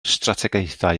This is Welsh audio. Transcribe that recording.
strategaethau